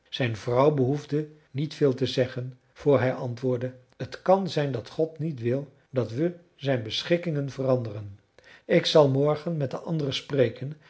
zijn vrouw behoefde niet veel te zeggen voor hij antwoordde het kan zijn dat god niet wil dat we zijn beschikkingen veranderen ik zal morgen met de anderen spreken